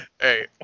hey